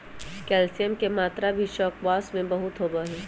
calcium के मात्रा भी स्क्वाश में बहुत होबा हई